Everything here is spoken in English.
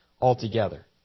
altogether